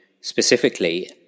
specifically